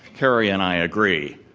carrie and i agree.